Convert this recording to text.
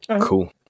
Cool